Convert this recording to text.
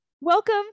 Welcome